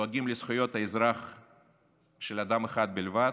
דואגים לזכויות האזרח של אדם אחד בלבד: